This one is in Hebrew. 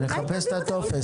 נחפש את הטופס.